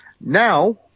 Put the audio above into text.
Now